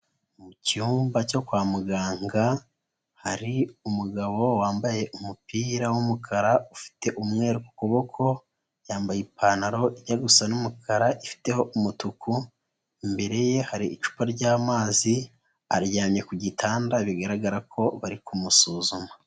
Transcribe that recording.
Mu cyumba cyo kwa muganga hari umugabo wambaye umupira w'umukara ufite umweru ku kuboko yambaye ipantaro ijya gusa n'umukara ifite umutuku imbere ye hari icupa ry'amazi aryamye ku gitanda bigaragara ko bari kumusuzuma.